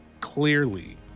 clearly